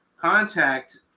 contact